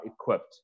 equipped